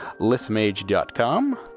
lithmage.com